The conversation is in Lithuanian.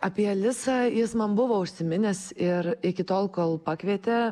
apie alisą jis man buvo užsiminęs ir iki tol kol pakvietė